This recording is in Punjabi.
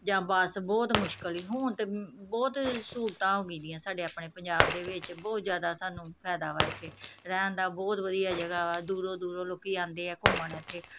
ਜਾਂ ਬੱਸ ਬਹੁਤ ਮੁਸ਼ਕਲ ਸੀ ਹੁਣ ਤਾਂ ਬਹੁਤ ਸਹੂਲਤਾਂ ਹੋ ਗਈ ਦੀਆਂ ਸਾਡੇ ਆਪਣੇ ਪੰਜਾਬ ਦੇ ਵਿੱਚ ਬਹੁਤ ਜ਼ਿਆਦਾ ਸਾਨੂੰ ਫਾਇਦਾ ਵਾ ਇੱਥੇ ਰਹਿਣ ਦਾ ਬਹੁਤ ਵਧੀਆ ਜਗ੍ਹਾ ਵਾ ਦੂਰੋਂ ਦੂਰੋਂ ਲੋਕ ਆਉਂਦੇ ਆ ਘੁੰਮਣ ਇੱਥੇ